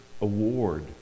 award